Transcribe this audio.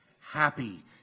happy